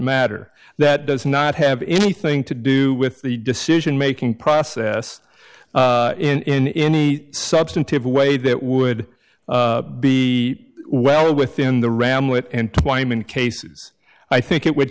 matter that does not have anything to do with the decision making process in any substantive way that would be well within the ram wit and twyman cases i think it would